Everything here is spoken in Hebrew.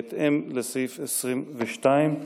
בהתאם לסעיף 22(א)